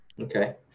Okay